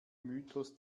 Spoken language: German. mythos